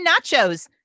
nachos